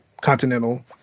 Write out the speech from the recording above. Continental